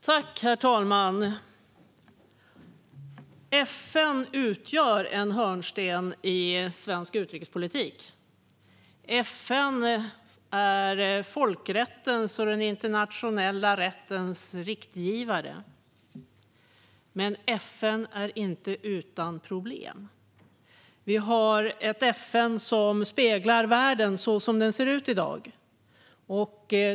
Herr talman! FN utgör en hörnsten i svensk utrikespolitik. FN är folkrättens och den internationella rättens riktgivare. Men FN är inte utan problem. FN speglar världen så som den ser ut i dag.